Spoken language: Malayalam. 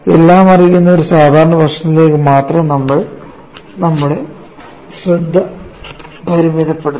എല്ലാം അറിയുന്ന ഒരു സാധാരണ പ്രശ്നത്തിലേക്ക് മാത്രം നമ്മൾ നമ്മുടെ ശ്രദ്ധ പരിമിതപ്പെടുത്തും